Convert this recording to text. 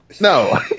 No